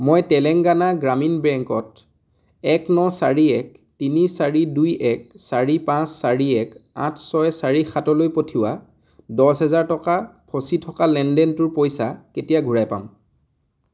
মই তেলেঙ্গানা গ্ৰামীণ বেংকত এক ন চাৰি এক তিনি চাৰি দুই এক চাৰি পাঁচ চাৰি এক আঠ ছয় চাৰি সাতলৈ পঠিওৱা দহ হেজাৰ টকাৰ ফচি থকা লেনদেনটোৰ পইচা কেতিয়া ঘূৰাই পাম